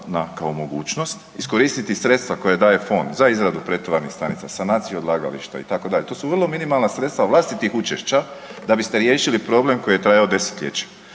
kao mogućnost, iskoristiti sredstva koja daje fond za izradu pretovarnih stanica, sanaciju odlagališta itd., to su vrlo minimalna sredstva vlastitih učešća da biste riješili problem koji je trajao desetljeće.